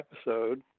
episode